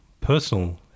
personal